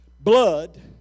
blood